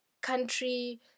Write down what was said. country